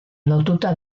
lotuta